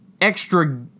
extra